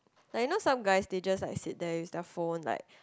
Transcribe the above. like you know some guys they just like sit there with their phone like